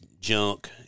junk